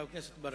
חבר הכנסת מוחמד